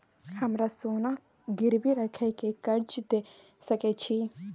हमरा सोना गिरवी रखय के कर्ज दै सकै छिए?